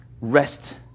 rest